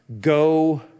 Go